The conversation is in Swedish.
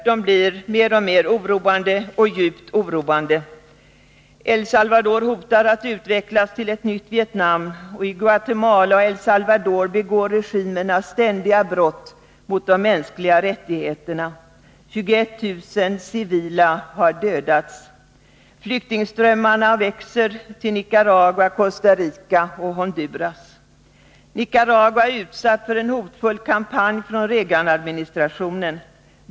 De blir alltmera djupt oroande. El Salvador hotar att utvecklas till ett nytt Vietnam. I Guatemala och El Salvador begår regimerna ständiga brott mot de mänskliga rättigheterna. 21 000 civila har dödats. Flyktingströmmarna växer till Nicaragua, Costa Rica och Honduras. Nicaragua är utsatt för en hotfull kampanj av Reaganadministrationen.